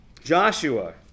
Joshua